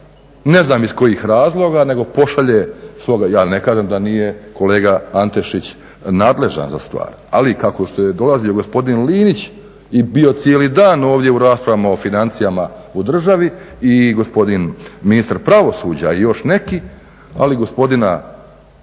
ne znam iz kojih razloga, nego pošalje svoga, ja ne kažem da nije kolega Antešić nadležan za stvar, ali kako što je dolazio gospodin Linić i bio cijeli dan ovdje u raspravama o financijama u državi i gospodin ministar pravosuđa i još neki, ali gospodina